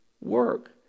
work